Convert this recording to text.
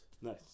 Nice